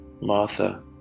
Martha